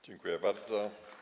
Dziękuję bardzo.